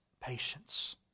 patience